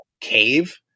cave